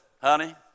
Honey